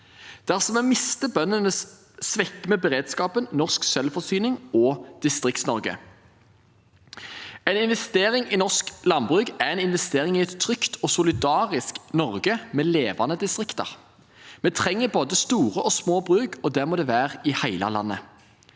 Dersom vi mister bøndene, svekker vi beredskapen, norsk selvforsyning og Distrikts-Norge. En investering i norsk landbruk er en investering i et trygt og solidarisk Norge med levende distrikter. Vi trenger både store og små bruk, og det må det være i hele landet.